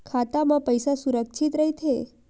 खाता मा पईसा सुरक्षित राइथे?